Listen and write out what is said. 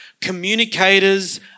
communicators